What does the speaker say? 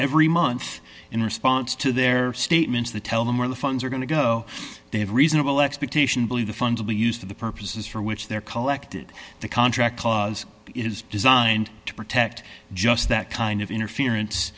every month in response to their statements that tell them where the funds are going to go they have a reasonable expectation believe the fund to be used for the purposes for which they're collected the contract clause is designed to protect just that kind of interference